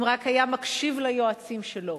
אם רק היה מקשיב ליועצים שלו,